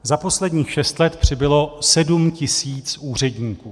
Za posledních šest let přibylo 7 tisíc úředníků.